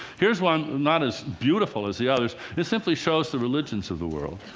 here's one, not as beautiful as the others it simply shows the religions of the world.